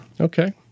Okay